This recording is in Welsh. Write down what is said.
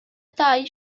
dau